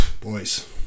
boys